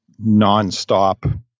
nonstop